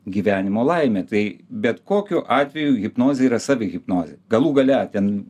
gyvenimo laimė tai bet kokiu atveju hipnozė yra savihipnozė galų gale ten